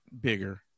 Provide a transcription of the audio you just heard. bigger